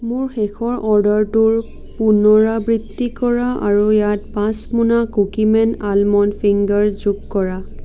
মোৰ শেষৰ অৰ্ডাৰটোৰ পুনৰাবৃত্তি কৰা আৰু ইয়াত পাঁচ মোনা কুকি মেন আলমণ্ড ফিংগাৰছ যোগ কৰা